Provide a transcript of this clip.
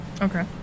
Okay